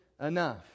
enough